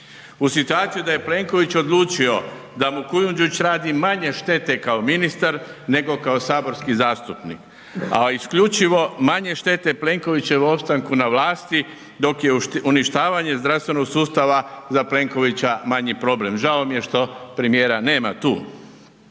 U situaciju da je Plenković odlučio da mu Kujundžić radi manje štete kao ministar nego kao saborski zastupnik, a isključivo manje štete Plenkovićevom opstanku na vlasti dok je uništavanje zdravstvenog sustava za Plenkovića manji problem. Žao mi je što premijera nema tu.